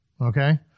Okay